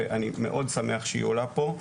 ואני מאוד שמח שהיא עולה פה.